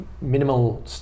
minimal